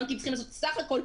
הבנקים צריכים לעשות סך הכול,